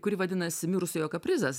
kuri vadinasi mirusiojo kaprizas